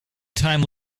time